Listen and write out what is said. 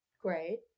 Great